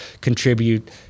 contribute